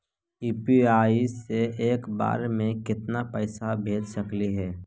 UPI से एक बार मे केतना पैसा भेज सकली हे?